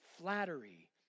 flattery